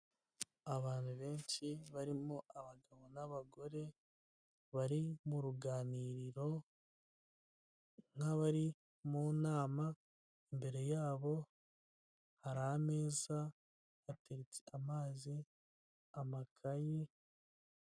Abantu benshi barimo abagabo n'abagore, bari mu ruganiriro, nk'abari mu nama, imbere yabo hari ameza, hateretswe amazi, amakayi.